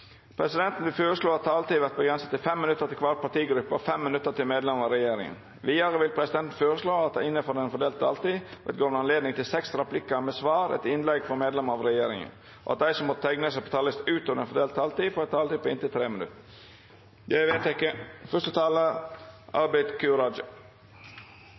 presidenten føreslå at taletida vert avgrensa til 5 minutt til kvar partigruppe og 5 minutt til medlemer av regjeringa. Vidare vil presidenten føreslå at det – innanfor den fordelte taletida – vert gjeve anledning til inntil sju replikkar med svar etter innlegg frå medlemer av regjeringa, og at dei som måtte teikna seg på talarlista utover den fordelte taletida, får ei taletid på inntil 3 minutt. – Det er vedteke.